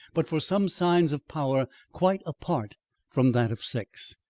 but for some signs of power quite apart from that of sex.